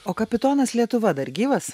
o kapitonas lietuva dar gyvas